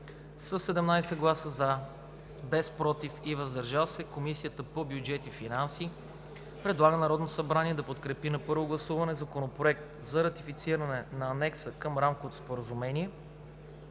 17 гласа „за“, без „против“ и „въздържал се“, Комисията по бюджет и финанси предлага на Народното събрание да подкрепи на първо гласуване Законопроект за ратифициране на Анекса към Рамковото споразумение